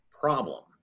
problem